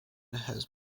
has